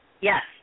Yes